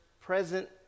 present